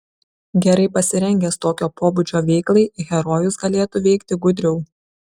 gerai pasirengęs tokio pobūdžio veiklai herojus galėtų veikti gudriau